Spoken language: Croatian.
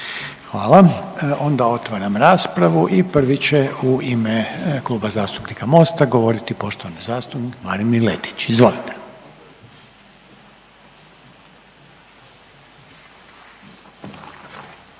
Hvala. Onda otvaram raspravu i prvi će u ime Kluba zastupnika Mosta govoriti poštovani zastupnik Marin Miletić. Izvolite.